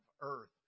earth